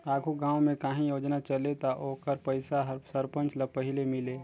आघु गाँव में काहीं योजना चले ता ओकर पइसा हर सरपंच ल पहिले मिले